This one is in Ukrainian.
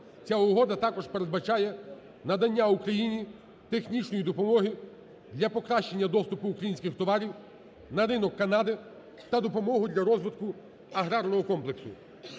Ця угода також передбачає надання Україні технічної допомоги для покращання доступу українських товарів на ринок Канади та допомоги для розвитку аграрного комплексу.